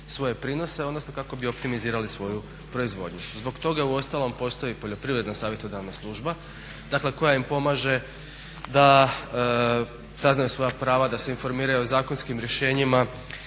svoje prinose odnosno kako bi optimizirali svoj proizvodnju. Zbog toga u ostalom postoji i poljoprivredna savjetodavna služba dakle koja im pomaže da saznaju svoja prava, da se informiraju o zakonskim rješenjima